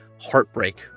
heartbreak